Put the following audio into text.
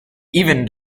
even